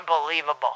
unbelievable